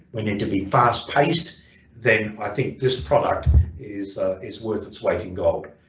we need to be fast paced then i think this product is is worth its weight in gold.